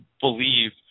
believe